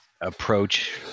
Approach